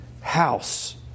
house